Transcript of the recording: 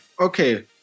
Okay